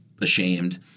ashamed